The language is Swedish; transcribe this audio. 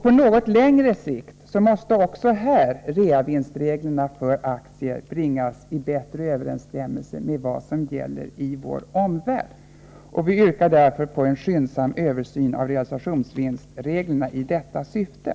På något längre sikt måste också här reavinstreglerna för aktier bringas i bättre överensstämmelse med vad som gäller i vår omvärld. Vi yrkar därför på en skyndsam översyn av realisationsvinstreglerna i detta syfte.